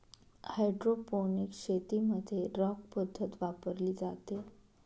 hydroponics शेतीमध्ये rock पद्धत वापरली जाते